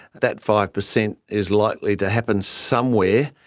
that five percent is likely to happen somewhere.